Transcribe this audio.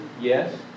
yes